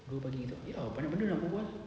dua pagi ya banyak benda nak berbual